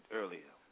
earlier